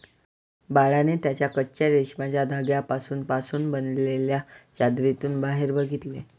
बाळाने त्याच्या कच्चा रेशमाच्या धाग्यांपासून पासून बनलेल्या चादरीतून बाहेर बघितले